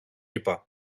είπα